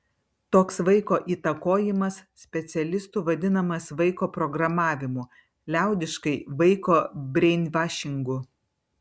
toks vaiko įtakojimas specialistų vadinamas vaiko programavimu liaudiškai vaiko breinvašingu